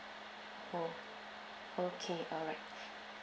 oh okay alright